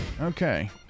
Okay